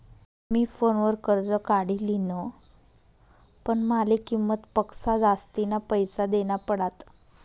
मी फोनवर कर्ज काढी लिन्ह, पण माले किंमत पक्सा जास्तीना पैसा देना पडात